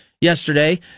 yesterday